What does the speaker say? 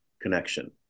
connection